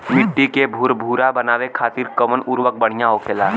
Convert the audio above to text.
मिट्टी के भूरभूरा बनावे खातिर कवन उर्वरक भड़िया होखेला?